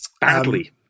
Badly